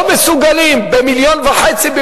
לא מסוגלים במיליון וחצי,